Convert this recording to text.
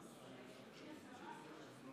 נא